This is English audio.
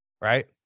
Right